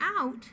out